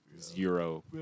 Zero